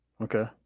Okay